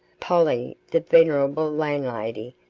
polly, the venerable landlady,